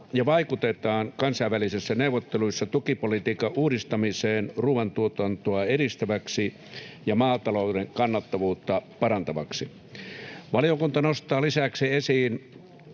ja vaikutetaan kansainvälisissä neuvotteluissa tukipolitiikan uudistamiseen ruoantuotantoa edistäväksi ja maatalouden kannattavuutta parantavaksi. Valiokunta nostaa lisäksi esiin